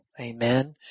Amen